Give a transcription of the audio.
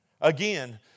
Again